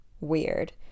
weird